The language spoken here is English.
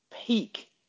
peak